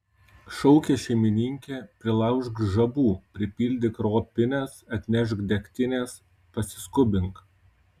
šaukė šeimininkė prilaužk žabų pripildyk ropines atnešk degtinės pasiskubink